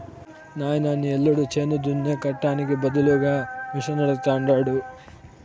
నాయనా నీ యల్లుడు చేను దున్నే కట్టానికి బదులుగా మిషనడగతండాడు